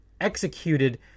executed